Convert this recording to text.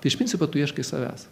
iš principo tu ieškai savęs